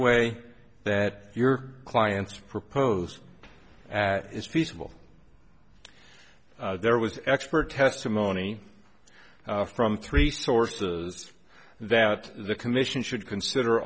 way that your client's proposed at is feasible there was expert testimony from three sources that the commission should consider